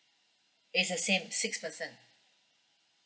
it's the same six person